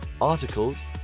articles